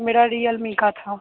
मेरा रियलमी का था